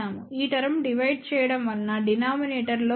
ఈ term divide చేయడం వలన డినామినేటర్ లో ఉంది